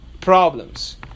problems